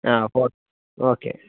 ആ four okay